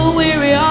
weary